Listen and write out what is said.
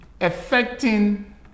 affecting